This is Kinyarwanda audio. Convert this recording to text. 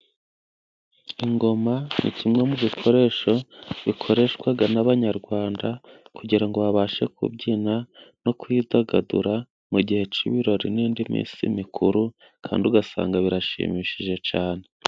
Ingoma ni kimwe mu bikoresho bikoreshwa n'abanyarwanda，kugira ngo babashe kubyina no kwidagadura mu gihe cy'ibirori， n'indi minsi mikuru，kandi ugasanga birashimishije cyane.